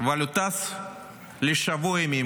אבל הוא טס לשבוע ימים,